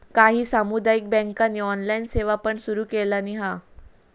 काही सामुदायिक बँकांनी ऑनलाइन सेवा पण सुरू केलानी हा